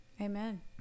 Amen